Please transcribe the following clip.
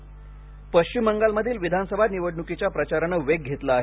बंगाल पश्चिम बंगालमधील विधानसभा निवडणुकीच्या प्रचाराने वेग घेतला आहे